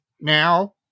now